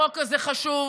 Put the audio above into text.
החוק הזה חשוב.